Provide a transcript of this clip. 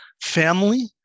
family